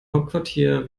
hauptquartier